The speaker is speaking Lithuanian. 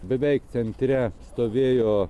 beveik centre stovėjo